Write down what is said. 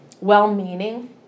well-meaning